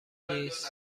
نیست